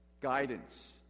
guidance